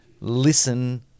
listen